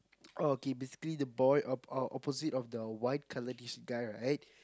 oh okay basically the boy opposite of the white coloured t-shirt guy right